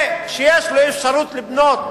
זה שיש לו אפשרות לבנות